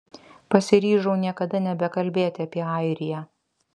pasiryžau niekada nebekalbėti apie airiją